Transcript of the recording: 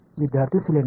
विद्यार्थी सिलेंडर